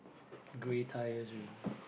grey tyres with